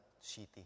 city